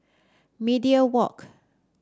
Media Walk